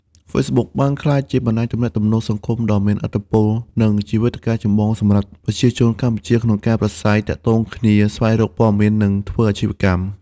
Facebook បានក្លាយជាបណ្តាញទំនាក់ទំនងសង្គមដ៏មានឥទ្ធិពល និងជាវេទិកាចម្បងសម្រាប់ប្រជាជនកម្ពុជាក្នុងការប្រាស្រ័យទាក់ទងគ្នា ស្វែងរកព័ត៌មាន និងធ្វើអាជីវកម្ម។